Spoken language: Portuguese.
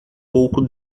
pouco